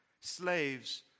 slaves